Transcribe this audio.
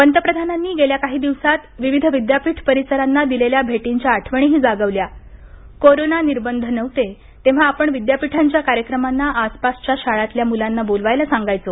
पंतप्रधानांनी गेल्या काही दिवसात विविध विद्यापीठ परिसरांना दिलेल्या भेटींच्या आठवणीही जागवल्या कोरोना निर्बंध नव्हते तेव्हा आपण विद्यापीठांच्या कार्यक्रमांना आसपासच्याशाळांतल्या मुलांना बोलवायला सांगायचो